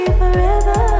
forever